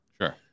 Sure